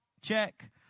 check